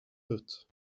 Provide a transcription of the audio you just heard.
foot